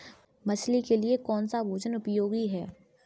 मछली के लिए कौन सा भोजन उपयोगी है?